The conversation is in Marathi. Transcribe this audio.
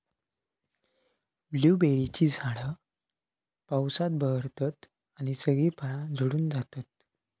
ब्लूबेरीची झाडा पावसात बहरतत आणि सगळी फळा झडून जातत